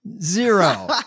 Zero